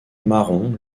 marron